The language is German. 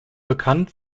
bekannt